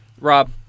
Rob